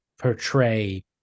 portray